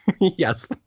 Yes